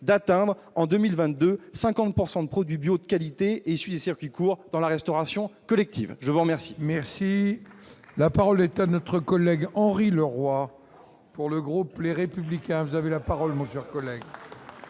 d'atteindre en 2020, 2 50 pourcent de de produits bio de qualité et judiciaire qui court dans la restauration collective, je vous remercie. Merci, la parole est à notre collègue Henri Leroy pour le groupe, les républicains, vous avez la parole collègues.